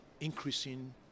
increasing